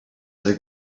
other